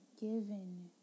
given